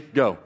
go